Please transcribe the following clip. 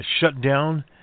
shutdown